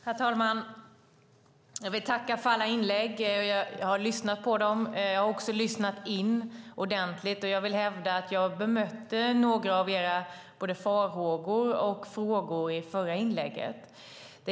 Herr talman! Jag vill tacka för alla inlägg. Jag har lyssnat in dem ordentligt, och jag vill hävda att jag bemötte både några av farhågorna och frågorna i det förra inlägget.